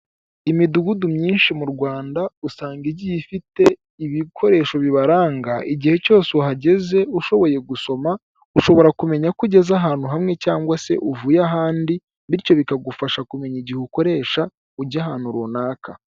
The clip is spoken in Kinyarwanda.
Imidugudu myinshi mu Rwanda usanga igiye ifite ibikoresho bibaranga. Igihe cyose uhageze ushoboye gusoma, ushobora kumenya ko ugeze ahantu hamwe cyangwa se uvuye ahandi. Bityo bikagufasha kumenya igihe ukoresha ujya ahantu runaka.